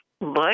look